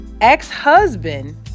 ex-husband